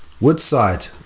Woodside